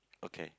okay